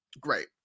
great